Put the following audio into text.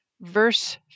verse